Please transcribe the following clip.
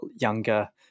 younger